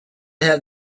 have